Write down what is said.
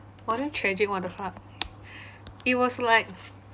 !wah! damn tragic what the fuck it was like